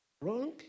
Wrong